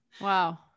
Wow